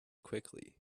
quickly